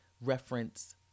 reference